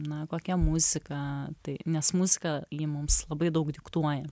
na kokia muzika tai nes muzika ji mums labai daug diktuoja